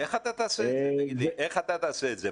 איך אתה תעשה את זה?